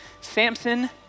Samson